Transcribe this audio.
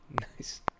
Nice